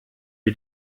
wie